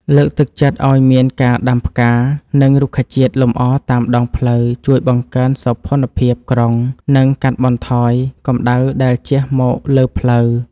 លើកទឹកចិត្តឱ្យមានការដាំផ្កា និង រុក្ខជាតិលម្អតាមដងផ្លូវជួយបង្កើនសោភ័ណភាពក្រុង និង កាត់បន្ថយកម្ដៅដែលជះមកលើផ្លូវ។